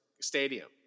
Stadium